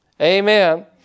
Amen